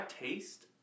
taste